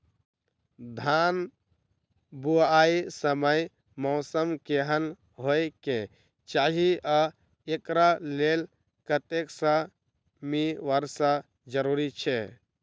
धान बुआई समय मौसम केहन होइ केँ चाहि आ एकरा लेल कतेक सँ मी वर्षा जरूरी छै?